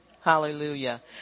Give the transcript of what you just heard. Hallelujah